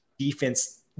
defense